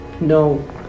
No